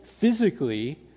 Physically